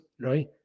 right